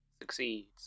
succeeds